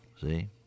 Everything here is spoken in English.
see